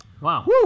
Wow